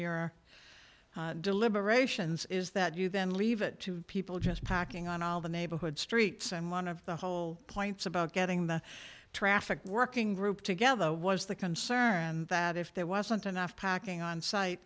your deliberations is that you then leave it to people just packing on all the neighborhood streets and one of the whole points about getting the traffic working group together was the concern that if there wasn't enough packing on site